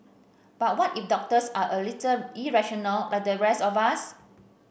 but what if doctors are a little irrational like the rest of us